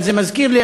אבל זה מזכיר לי,